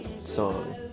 song